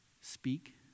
Speak